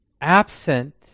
absent